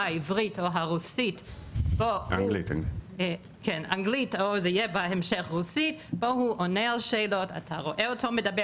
האנגלית או הרוסית בו הוא עונה על שאלות אתה רואה אותו מדבר